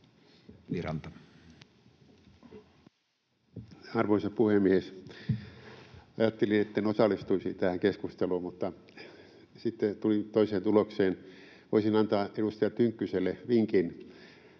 Arvoisa puhemies! Ajattelin, että en osallistuisi tähän keskusteluun, mutta sitten tulin toiseen tulokseen. Voisin antaa edustaja Tynkkyselle vinkin: